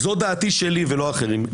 -- זו דעתי שלי, ולא של אחרים.